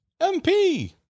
MP